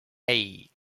hey